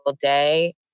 day